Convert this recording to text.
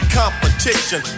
competition